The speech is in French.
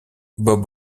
bob